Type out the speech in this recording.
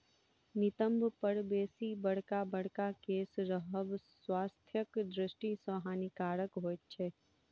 नितंब पर बेसी बड़का बड़का केश रहब स्वास्थ्यक दृष्टि सॅ हानिकारक होइत छै